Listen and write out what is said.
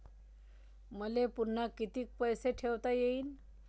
मले पुन्हा कितीक पैसे ठेवता येईन?